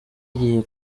igiye